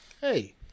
Hey